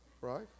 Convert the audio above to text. Right